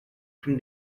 from